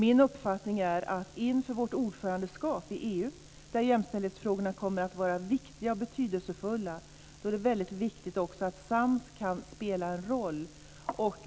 Min uppfattning är att det inför vårt ordförandeskap i EU, där jämställdhetsfrågorna kommer att vara viktiga och betydelsefulla, är väldigt viktigt att Sams kan spela en roll.